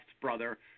brother